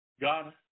God